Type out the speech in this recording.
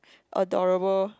adorable